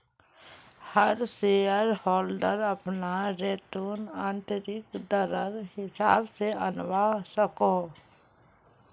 हर shareholder अपना return आंतरिक दरर हिसाब से आंनवा सकोह